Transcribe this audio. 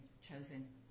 chosen